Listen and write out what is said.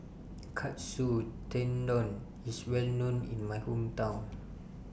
Katsu Tendon IS Well known in My Hometown